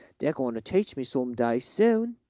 they're going to teach me some day soon.